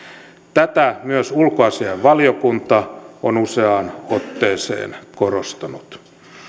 tätä myös ulkoasiainvaliokunta on useaan otteeseen korostanut